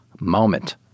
moment